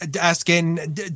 asking